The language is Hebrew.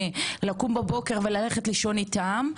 לקום בבוקר וללכת לישון איתם,